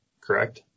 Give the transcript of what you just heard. correct